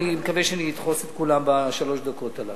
ואני מקווה שאני אדחס את כולם בשלוש הדקות הללו.